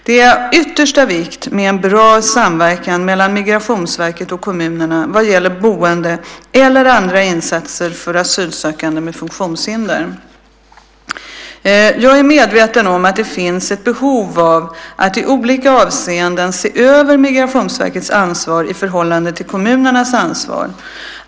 Det är av yttersta vikt med en bra samverkan mellan Migrationsverket och kommunerna vad gäller boende eller andra insatser för asylsökande med funktionshinder. Jag är medveten om att det finns ett behov av att i olika avseenden se över Migrationsverkets ansvar i förhållande till kommunernas ansvar.